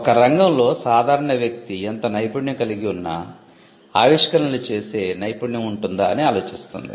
ఒక రంగంలో సాధారణ వ్యక్తి ఎంత నైపుణ్యం కలిగి ఉన్నా ఆవిష్కరణలు చేసే నైపుణ్యం ఉంటుందా అని ఆలోచిస్తుంది